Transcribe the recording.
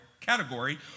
category